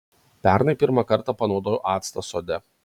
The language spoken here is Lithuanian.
pernai pirmą kartą panaudojau actą sode